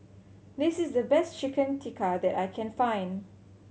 this is the best Chicken Tikka that I can find